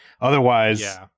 otherwise